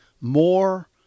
more